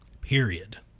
period